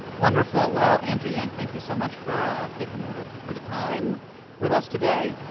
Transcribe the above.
wonderful. well, andrew yang, thank you so much for taking a little bit of time with us today